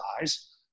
eyes